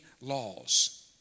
laws